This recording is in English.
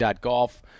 golf